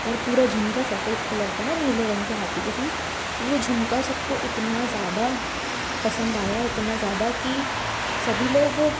और पूरा झुमका सफ़ेद कलर का है नीले रंग के हाथी के साथ तो वह झुमका सबको इतना ज़्यादा पसंद आया इतना ज़्यादा कि सभी लोग